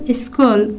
school